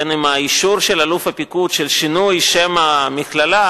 עם האישור של אלוף הפיקוד של שינוי שם המכללה,